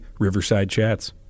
#RiversideChats